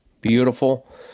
beautiful